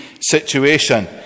situation